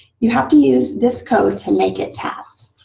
you'd have to use this code to make it tabs.